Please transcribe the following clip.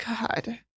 God